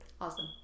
Awesome